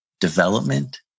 development